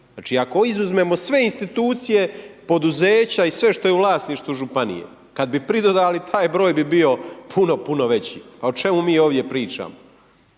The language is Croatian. Znači, ako izuzmemo sve institucije, poduzeća i sve što je u vlasništvu županije kada bi pridodali taj broj bi bio puno, puno veći. A o čemu mi ovdje pričamo?